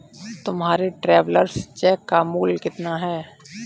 तुम्हारे travellers cheque का मूल्य कितना है?